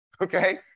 Okay